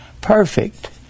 perfect